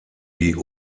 die